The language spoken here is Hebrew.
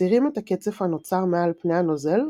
מסירים את הקצף הנוצר מעל פני הנוזל,